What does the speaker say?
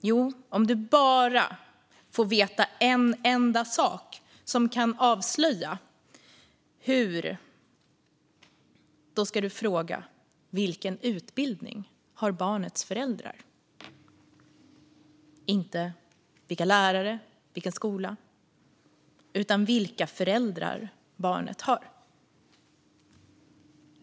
Jo, om du bara får veta en enda sak som kan avslöja hur det kommer att gå ska du fråga vilken utbildning barnets föräldrar har - inte vilka lärare eller vilken skola utan vilka föräldrar barnet har.